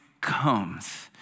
comes